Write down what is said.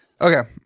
okay